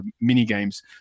mini-games